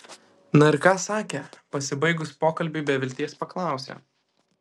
na ir ką sakė pasibaigus pokalbiui be vilties paklausė